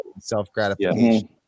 self-gratification